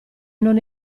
non